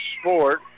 sport